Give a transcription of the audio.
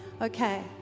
okay